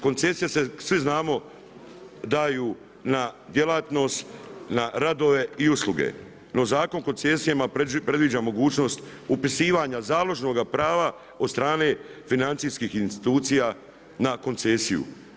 Koncesije se, svi znamo, daju na djelatnost, na radove i usluge, no Zakon o koncesijama predviđa mogućnost upisivanja založnoga prava od strane financijskih institucija na koncesiju.